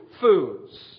foods